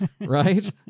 right